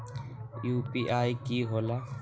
UPI कि होला?